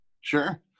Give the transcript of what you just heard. Sure